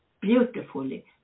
beautifully